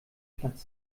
platz